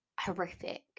horrific